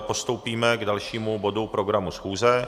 Postoupíme k dalšímu bodu programu schůze.